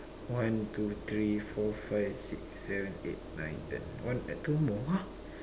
one two three four five six seven eight nine ten one two more !huh!